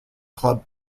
club